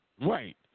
Right